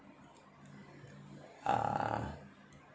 uh